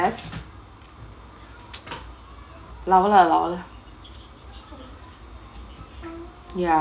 lao le lao le ya